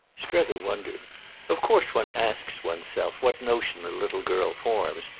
strether wondered of course one asks one's self what notion a little girl forms,